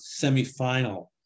semifinal